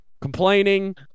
complaining